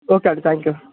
okay అండి thank you